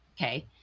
Okay